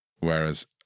Whereas